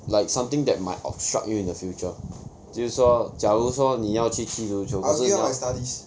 like something that might obstruct you in the future 就是说假如说你要去踢足球